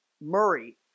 Murray